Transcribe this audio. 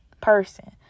person